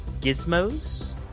gizmos